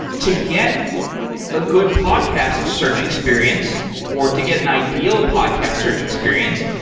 to get a good podcast search experience or to get an ideal podcast search experience,